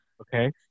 okay